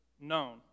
known